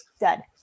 dead